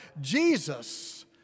Jesus